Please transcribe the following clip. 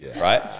Right